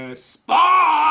ah spa